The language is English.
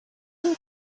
him